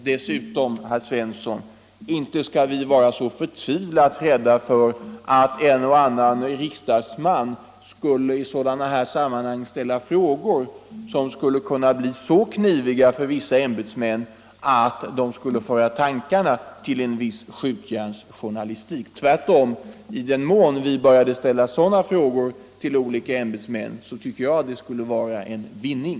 Dessutom, herr Svensson, skall vi inte vara så förtvivlat rädda för att en och annan riksdagsman i sådana här sammanhang kunde ställa frågor som skulle bli så kniviga för vissa ämbetsmän att de skulle föra tankarna till vad som kallas skjutjärnsjournalistik. Tvärtom, i den mån vi började ställa sådana frågor till olika ämbetsmän tycker jag att det skulle vara en vinning.